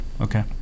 okay